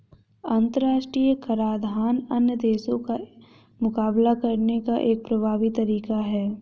अंतर्राष्ट्रीय कराधान अन्य देशों का मुकाबला करने का एक प्रभावी तरीका है